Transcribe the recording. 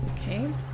Okay